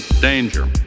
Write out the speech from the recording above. danger